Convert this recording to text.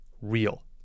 real